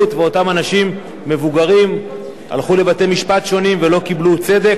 ואותם אנשים מבוגרים הלכו לבתי-משפט שונים ולא קיבלו צדק.